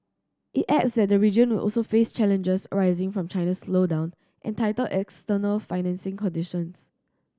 it adds that the region will also face challenges arising from China's slowdown and tighter external financing conditions